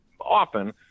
often